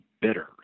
bitter